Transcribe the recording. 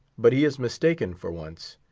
but he is mistaken for once.